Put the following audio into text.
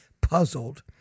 puzzled